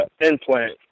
implant